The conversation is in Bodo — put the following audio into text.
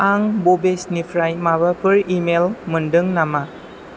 आं भभेसनिफ्राय माबाफोर इमेइल मोन्दों नामा